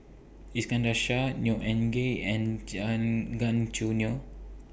Iskandar Shah Neo Anngee and and Gan Choo Neo